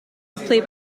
play